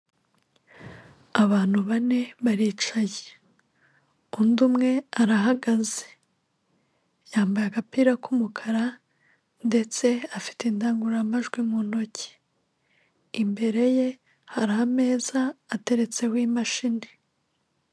Abantu bane baricaye, undi umwe arahagaze, yambaye agapira k'umukara ndetse afite indangururamajwi mu ntoki, imbere ye hari ameza ateretseho imashini.